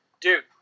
dude